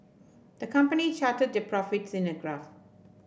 the company charted their profits in a graph